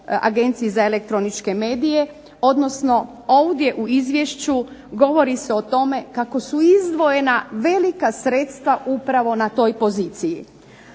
Agenciji za elektroničke medije odnosno ovdje u izvješću govori se o tome kako su izdvojena velika sredstva upravo na toj poziciji.